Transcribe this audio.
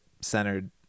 centered